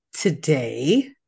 today